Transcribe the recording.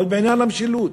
אבל בעניין המשילות,